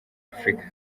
afurika